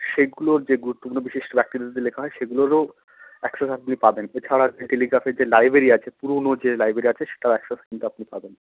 সেইগুলোর যে গুরুত্বপূর্ণ বিশিষ্ট ব্যক্তিদের দিয়ে লেখা হয় সেগুলোরও অ্যাক্সেস আপনি পাবেন এছাড়া টেলিগ্রাফের যে লাইব্রেরি আছে পুরোনো যে লাইব্রেরি আছে সেটার অ্যাক্সেস কিন্তু আপনি পাবেন